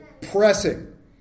pressing